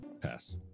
Pass